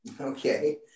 Okay